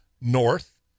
north